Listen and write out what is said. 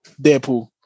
Deadpool